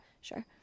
Sure